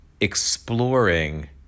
exploring